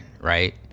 right